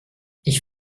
ich